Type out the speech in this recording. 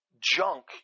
junk